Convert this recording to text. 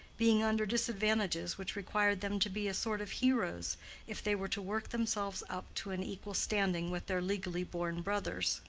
being under disadvantages which required them to be a sort of heroes if they were to work themselves up to an equal standing with their legally born brothers.